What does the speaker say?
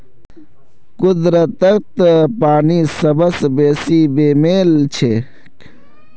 कुदरतत पानी सबस बेसी बेमेल छेक